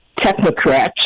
technocrats